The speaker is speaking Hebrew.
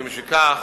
ומשכך,